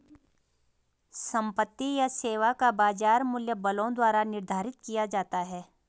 संपत्ति या सेवा का बाजार मूल्य बलों द्वारा निर्धारित किया जाता है